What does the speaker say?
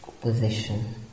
position